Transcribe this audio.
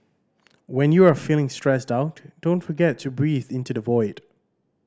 when you are feeling stressed out don't forget to breathe into the void